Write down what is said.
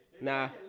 Nah